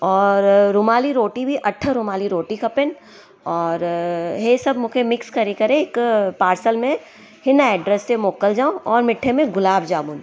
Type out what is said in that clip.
और रुमाली रोटी बि अठ रुमाली रोटी खपेन और इहे सभु मूंखे मिक्स करे करे हिकु पार्सल में हिन एड्रेस ते मोकिलिजो और मिठे में गुलाब जामुन